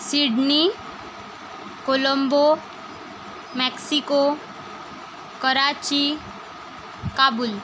Sydney Colombo Mexico Karachi Kabul